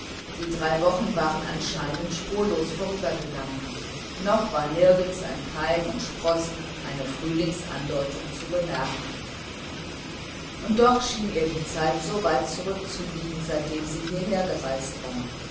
die drei wochen waren anscheinend spurlos vorübergegangen noch war nirgends ein keimen und sprossen eine frühlingsandeutung zu bemerken und doch schien ihr die zeit so weit zurück zu liegen seitdem sie hieher gereist war